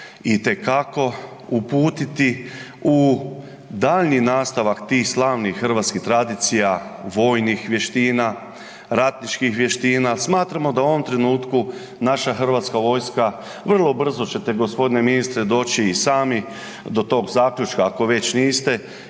itekako uputiti u daljnji nastavak tih slavnih hrvatskih tradicija vojnih vještina, ratničkih vještina. Smatramo da u ovom trenutku naša Hrvatska vojska, vrlo brzo ćete gospodine ministre doći i sami do toga zaključka ako već niste,